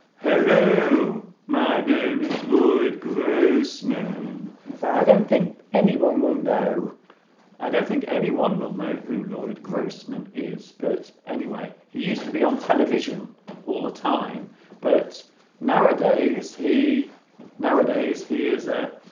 hello my name is lloyd grossman i don't think anyone will know i don't think anyone will know who loyd grossman is but anyway he used to be on television all the time but nowadays he nowadays he is a